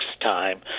time